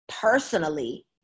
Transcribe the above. personally